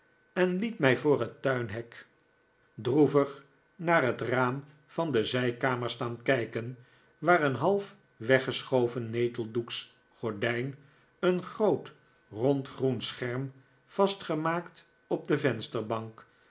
en liet mij voor het tuinhek droevig naar het raam van de zijkamer staan kijken waar een half weggeschoven neteldoeksch gordijn een groot rond groen scherm vastgemaakt op de vensterbank